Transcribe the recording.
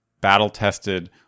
battle-tested